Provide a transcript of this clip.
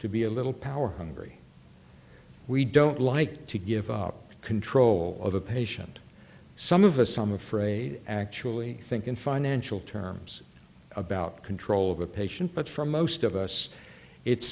to be a little power hungry we don't like to give up control of a patient some of us i'm afraid actually think in financial terms about control of a patient but for most of us it's